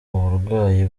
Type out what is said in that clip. uburwayi